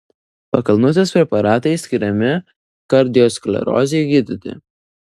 pakalnutės preparatai skiriami kardiosklerozei gydyti